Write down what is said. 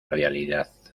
realidad